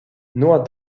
nur